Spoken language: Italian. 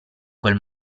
quel